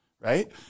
right